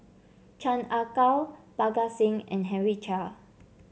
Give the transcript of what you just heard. Chan Ah Kow Parga Singh and Henry Chia